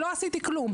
תרופות.